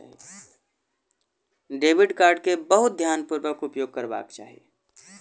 debit card के बहुत ध्यानपूर्वक उपयोग करबाक चाही